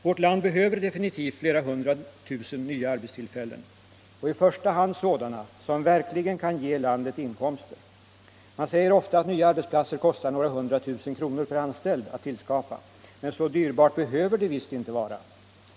Vårt land behöver definitivt flera hundra tusen nya arbetstillfällen, och i första hand sådana som verkligen kan ge landet inkomster. Man säger ofta att nya arbetsplatser kostar några hundra tusen kronor per anställd att tillskapa, men så dyrbart behöver det visst inte vara.